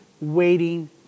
waiting